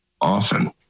Often